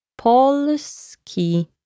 polski